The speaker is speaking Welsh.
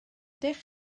ydych